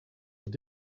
were